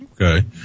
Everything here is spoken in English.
Okay